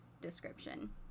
description